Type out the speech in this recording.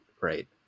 right